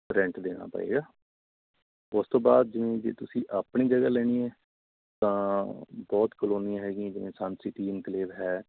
rent ਦੇਣਾ ਪਵੇਗਾ ਉਸ ਤੋਂ ਬਾਅਦ ਜਿਵੇਂ ਜੇ ਤੁਸੀਂ ਆਪਣੀ ਜਗ੍ਹਾ ਲੈਣੀ ਹੈ ਤਾਂ ਬਹੁਤ ਕਾਲੋਨੀਆਂ ਹੈਗੀਆਂ ਜਿਵੇਂ ਸਨ ਸਿਟੀ ਇਨਕਲੇਵ ਹੈ